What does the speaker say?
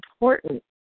important